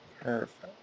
Perfect